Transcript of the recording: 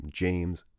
james